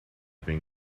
been